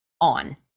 on